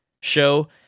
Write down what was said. show